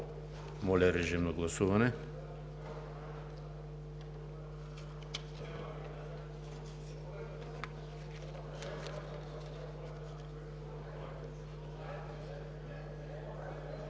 Моля, режим на гласуване